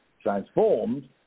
transformed